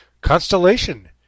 constellation